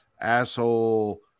asshole